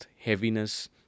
heaviness